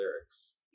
lyrics